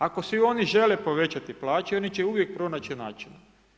Ako si oni žele povećati plaće, oni će uvijek pronaći načina.